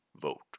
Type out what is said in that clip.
Vote